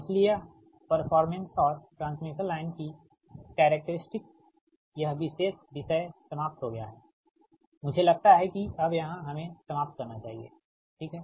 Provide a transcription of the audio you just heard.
इसलिए यह परफॉरमेंस और ट्रांसमिशन लाइन की कैरेक्टेरिस्टीक्स यह विशेष विषय समाप्त हो गया हैमुझे लगता है कि अब यहाँ हमें समाप्त करना चाहिए ठीक है